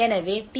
எனவே டி